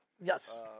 Yes